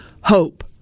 hope